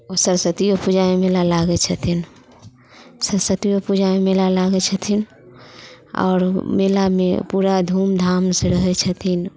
ओ सरस्वतियो पूजामे मेला लागै छथिन सरस्वतियो पूजामे मेला लागै छथिन आओर मेलामे पूरा धूम धाम से रहै छथिन